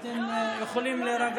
אני מדבר בערבית, אתם יכולים להירגע.